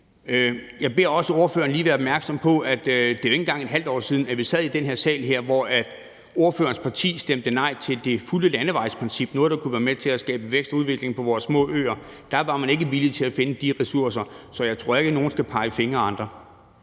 Jeg beder også ordføreren om lige at være opmærksom på, at det jo ikke engang er et halvt år siden, at vi sad i den her sal og ordførerens parti stemte nej til det fulde landevejsprincip – noget, der kunne være med til at skabe vækst og udvikling på vores små øer. Da var man ikke villig til at finde de ressourcer. Så jeg tror ikke, at nogen skal pege fingre ad andre.